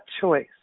choice